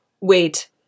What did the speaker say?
wait